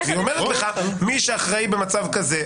אז היא אומרת לך שמי שאחראי במצב כזה,